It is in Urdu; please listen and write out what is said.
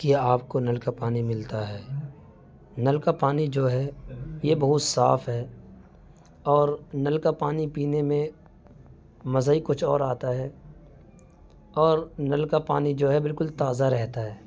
کیا آپ کو نل کا پانی ملتا ہے نل کا پانی جو ہے یہ بہت صاف ہے اور نل کا پانی پینے میں مزہ ہی کچھ اور آتا ہے اور نل کا پانی جو ہے بالکل تازہ رہتا ہے